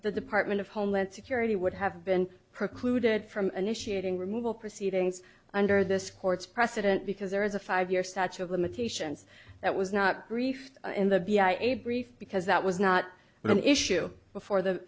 the department of homeland security would have been precluded from initiating removal proceedings under this court's precedent because there is a five year statute of limitations that was not briefed in the b i a brief because that was not an issue before the